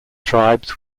tribes